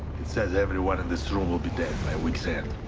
it says everyone in this room will be dead by weeks end.